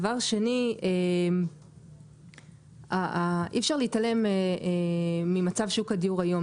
דבר שני, אי-אפשר להתעלם ממצב שוק הדיור היום.